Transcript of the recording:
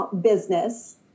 business